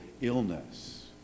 illness